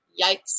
yikes